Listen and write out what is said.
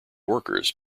workers